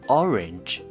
orange